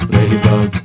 Ladybug